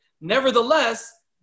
nevertheless